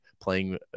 playing